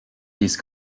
these